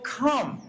come